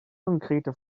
konkrete